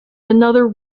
another